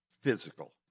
physical